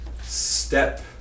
step